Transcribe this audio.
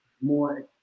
more